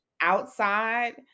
outside